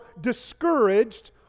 discouraged